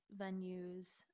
venues